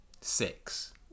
six